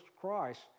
Christ